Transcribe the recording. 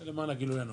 זה למען הגילוי הנאות.